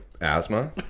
asthma